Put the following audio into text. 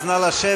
אז נא לשבת.